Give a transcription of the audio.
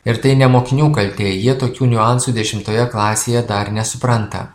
ir tai ne mokinių kaltė jie tokių niuansų dešimtoje klasėje dar nesupranta